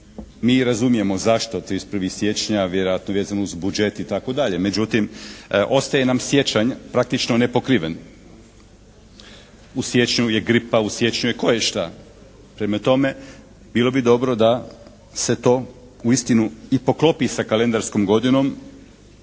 Mi razumijemo zašto 31. siječnja, a vjerojatno vezano uz budžet itd., međutim ostaje nam siječanj praktično nepokriven. U siječnju je gripa, u siječnju je koješta. Prema tome, bilo bi dobro da se to uistinu i poklopi sa kalendarskom godinom,